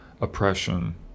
oppression